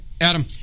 Adam